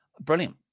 Brilliant